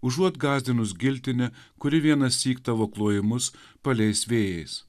užuot gąsdinus giltine kuri vienąsyk tavo klojimus paleis vėjais